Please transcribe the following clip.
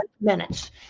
minutes